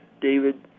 David